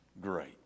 great